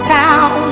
town